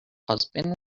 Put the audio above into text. husband